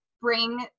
bring